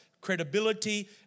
credibility